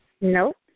Nope